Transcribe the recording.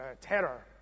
terror